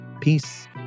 Peace